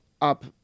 up